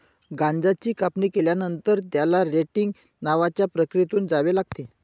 गांजाची कापणी केल्यानंतर, त्याला रेटिंग नावाच्या प्रक्रियेतून जावे लागते